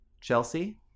Chelsea